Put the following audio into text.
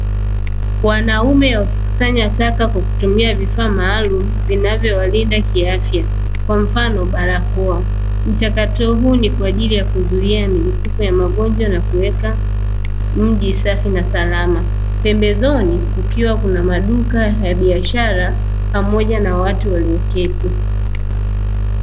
Wanaume wakikusanya taka kwa kutumia vifaa maalumu vinavyowalinda kiafya, kwa mfano barakoa. Mchakato huu ni kwa ajili ya kuzuia milipuko ya magonjwa na kuweka mji safi na salama. Pembezoni kukiwa kuna maduka ya biashara pamoja na watu walioketi.